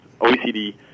OECD